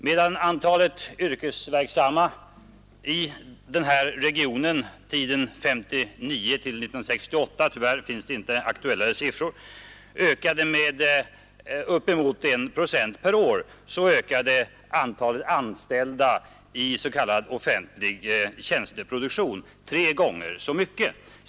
Medan antalet yrkesverksamma i denna region under tiden 1959—1968 — tyvärr finns det inte mera aktuella siffror — ökade med upp emot 1 procent per år, ökade antalet anställda i s.k. offentlig tjänsteproduktion tre gånger så mycket.